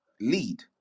lead